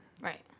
Right